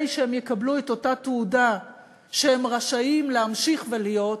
שהם יקבלו את אותה תעודה שהם רשאים להמשיך ולהיות